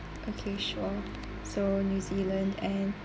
okay sure so new zealand and